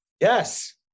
Yes